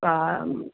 हा